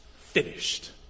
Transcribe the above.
finished